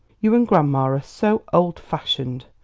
you and grandma are so old-fashioned.